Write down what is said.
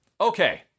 Okay